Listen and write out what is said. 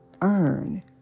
earn